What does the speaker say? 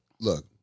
Look